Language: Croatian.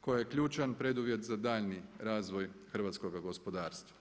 koja je ključan preduvjet za daljnji razvoj hrvatskoga gospodarstva.